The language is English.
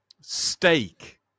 steak